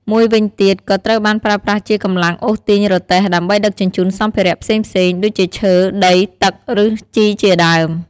មួយវីញទៀត ក៏ត្រូវបានប្រើប្រាស់ជាកម្លាំងអូសទាញរទេះដើម្បីដឹកជញ្ជូនសម្ភារៈផ្សេងៗ ដូចជាឈើ ដី ទឹក ឬជីជាដើម។